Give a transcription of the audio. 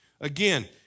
Again